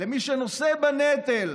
למי שנושא בנטל,